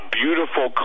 beautiful